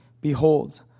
Behold